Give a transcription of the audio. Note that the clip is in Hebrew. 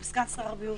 עם סגן שר הבריאות,